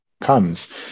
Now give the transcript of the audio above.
comes